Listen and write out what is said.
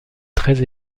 très